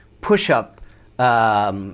push-up